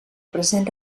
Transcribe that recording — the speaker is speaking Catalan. present